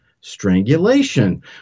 strangulation